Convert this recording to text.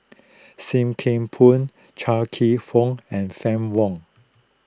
Sim Kee Boon Chia Kwek Fah and Fann Wong